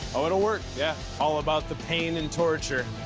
oh, it'll work. yeah, all about the pain and torture.